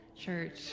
Church